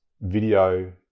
video